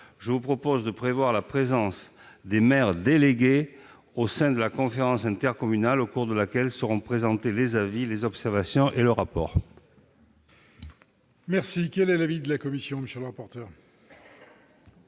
je vous propose de prévoir la présence des maires délégués au sein de la conférence intercommunale au cours de laquelle seront présentés les avis, les observations et le rapport.